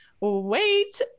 wait